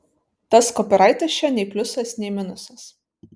tas kopyraitas čia nei pliusas nei minusas